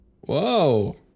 Whoa